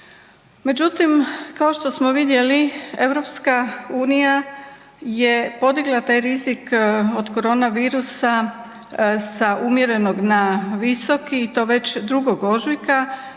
Međutim, kao što smo vidjeli, EU je podigla taj rizik od koronavirusa sa umjerenog na visoki i to već 2. ožujka